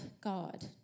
God